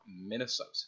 Minnesota